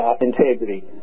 integrity